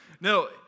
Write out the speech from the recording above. No